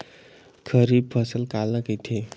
खरीफ फसल काला कहिथे?